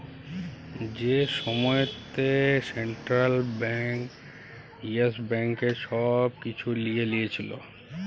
যে সময়তে central bank Yes ব্যাংকের ছব কিছু লিঁয়ে লিয়েছিল